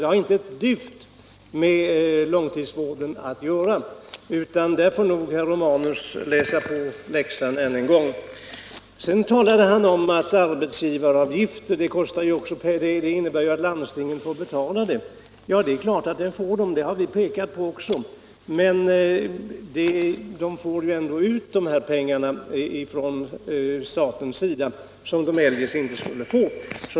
Det har inte ett dyft med långtidsvården att göra. Där får nog herr Romanus läsa på sin läxa än en gång. Sedan sade herr Romanus beträffande arbetsgivaravgiften att landstingen får betala. Det är klart att de får det. Det har vi också framhållit. Men de får ändå ut pengarna av staten, som de eljest inte skulle få.